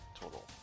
total